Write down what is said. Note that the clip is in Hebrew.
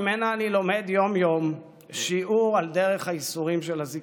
שממנה אני לומד יום-יום שיעור על דרך הייסורים של הזקנה.